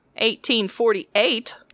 1848